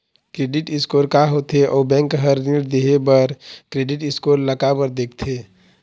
Credit score का होथे अउ बैंक हर ऋण देहे बार क्रेडिट स्कोर ला काबर देखते?